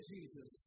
Jesus